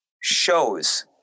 shows